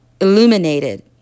illuminated